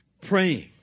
Praying